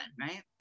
right